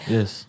Yes